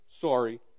sorry